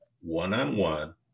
one-on-one